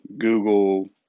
Google